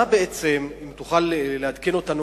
האם תוכל לעדכן אותנו,